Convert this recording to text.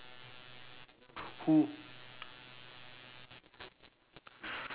who